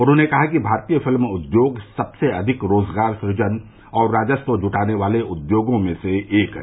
उन्होंने कहा कि भारतीय फिल्म उद्योग सबसे अधिक रोजगार सूजन और राजस्व जुटाने वाले उद्योगों में से एक है